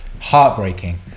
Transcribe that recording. heartbreaking